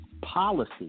policy